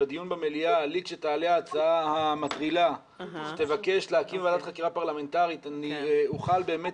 לכשתעלה ההצעה המטרילה שמבקשת להקים ועדת חקירה בעוד